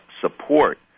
support